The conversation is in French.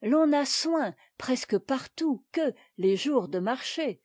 l'on a soin presque partout que tes jours de marché